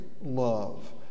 love